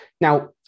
Now